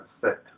set